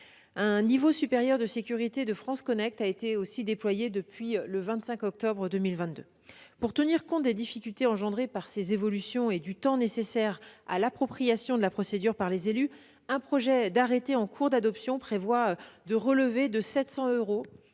Un niveau supérieur de sécurité de France Connect a été déployé depuis le 25 octobre 2022. Pour tenir compte des difficultés engendrées par ces évolutions et du temps nécessaire à l'appropriation de la procédure par les élus, un projet d'arrêté en cours d'adoption prévoit de relever de 700 euros